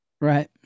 Right